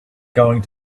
going